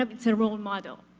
um it's a role model.